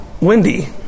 Wendy